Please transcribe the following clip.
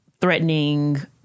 threatening